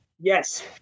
Yes